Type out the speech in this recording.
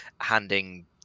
handing